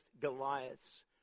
Goliaths